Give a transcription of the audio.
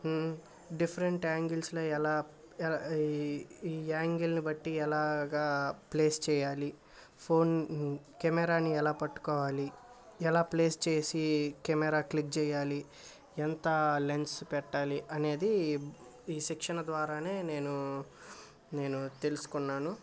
different యాంగిల్స్లో ఎలా యాంగిల్ని బట్టి ఎలాగా ప్లేస్ చెయ్యాలి ఫోన్ కెమెరాని ఎలా పట్టుకోవాలి ఎలా ప్లేస్ చేసి కెమెరా క్లిక్ జెయ్యాలి ఎంత లెన్స్ పెట్టాలి అనేదీ ఈ శిక్షణ ద్వారానే నేను నేను తెలుసుకున్నాను